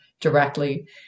directly